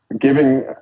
Giving